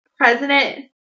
President